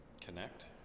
connect